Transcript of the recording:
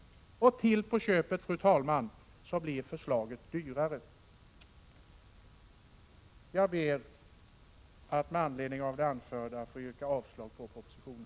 Och till på köpet, fru talman, blir förslaget dyrare. Jag ber att med anledning av det anförda få yrka avslag på utskottets hemställan.